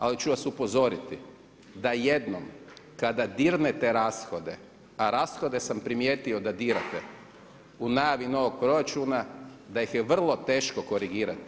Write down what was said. Ali ću vas upozoriti da jednom kada dirnete rashode a rashode sam primijetio da dirate, u najavi novog proračuna, da ih je vrlo teško korigirati.